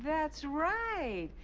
that's right.